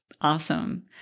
awesome